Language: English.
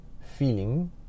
feeling